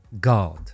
God